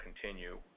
continue